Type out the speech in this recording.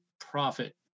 profit